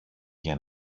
για